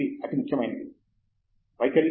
ఇది అతి ముఖ్యమైనది వైఖరి